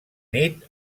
nit